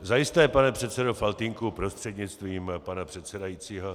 Zajisté, pane předsedo Faltýnku prostřednictvím pana předsedajícího.